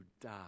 die